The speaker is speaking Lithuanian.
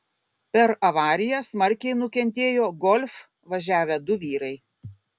per avariją smarkiai nukentėjo golf važiavę du vyrai